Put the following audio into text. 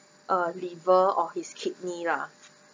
uh liver or his kidney lah